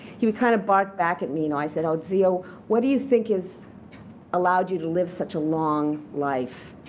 he would kind of bark back at me. and i said, zio, what do you think has allowed you to live such a long life?